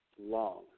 long